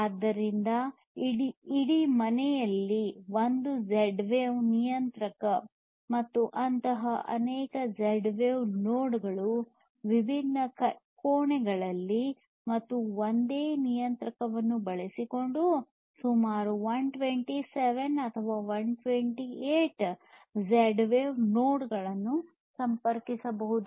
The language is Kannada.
ಆದ್ದರಿಂದ ಇಡೀ ಮನೆಯಲ್ಲಿ ಒಂದು ಝೆಡ್ ವೇವ್ ನಿಯಂತ್ರಕ ಮತ್ತು ಅಂತಹ ಅನೇಕ ಝೆಡ್ ವೇವ್ ನೋಡ್ ಗಳು ವಿಭಿನ್ನ ಕೋಣೆಗಳಲ್ಲಿ ಮತ್ತು ಒಂದೇ ನಿಯಂತ್ರಕವನ್ನು ಬಳಸಿಕೊಂಡು ಸುಮಾರು 127 ಅಥವಾ 128 ಝೆಡ್ ವೇವ್ ನೋಡ್ ಗಳನ್ನು ಸಂಪರ್ಕಿಸಬಹುದು